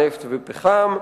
נפט ופחם: